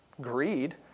greed